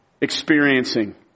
experiencing